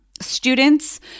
students